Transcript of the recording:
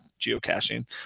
geocaching